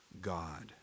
God